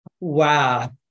Wow